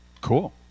Cool